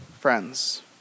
friends